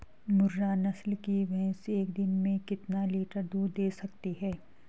मुर्रा नस्ल की भैंस एक दिन में कितना लीटर दूध दें सकती है?